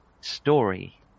story